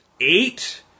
Eight